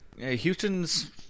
Houston's